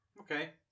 Okay